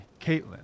Caitlin